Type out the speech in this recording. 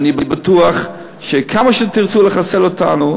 אני בטוח שכמה שתרצו לחסל אותנו,